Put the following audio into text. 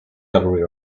gallery